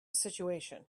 situation